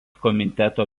komiteto